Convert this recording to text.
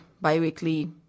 bi-weekly